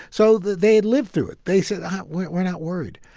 so they they lived through it. they said, we're we're not worried.